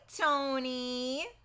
tony